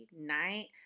night